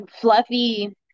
fluffy